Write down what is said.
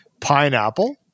pineapple